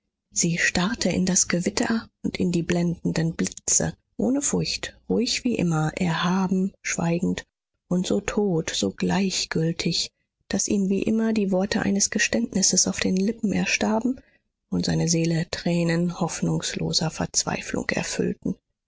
sie starrte in das gewitter und in die blendenden blitze ohne furcht ruhig wie immer erhaben schweigend und so tot so gleichgültig daß ihm wie immer die worte eines geständnisses auf den lippen erstarben und seine seele tränen hoffnungsloser verzweiflung erfüllten